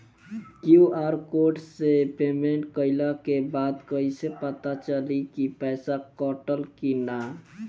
QR code से payment कईला के बाद कईसे पता चली की पैसा कटल की ना?